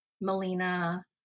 Melina